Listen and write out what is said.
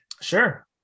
Sure